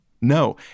No